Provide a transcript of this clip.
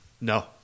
No